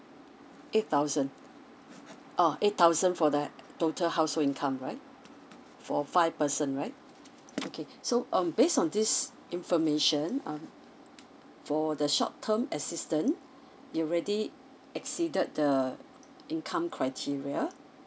eight thousand uh eight thousand for that total household income right for five person right okay so um based on this information um for the short term assistant you already exceeded the income criteria